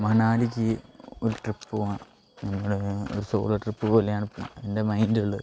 മണാലിക്ക് ഒരു ട്രിപ്പ് പോവാൻ ഞങ്ങൾ ഒരു സോളോ ട്രിപ്പ് പോലെയാണിപ്പോൾ എൻ്റെ മൈൻ്റുള്ളത്